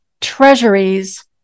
treasuries